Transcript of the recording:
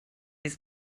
his